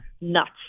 nuts